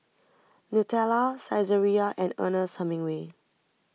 Nutella Saizeriya and Ernest Hemingway